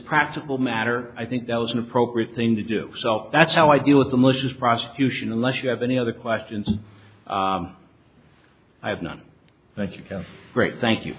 practical matter i think that was an appropriate thing to do so that's how i deal with the malicious prosecution unless you have any other questions i have not thank you count great thank you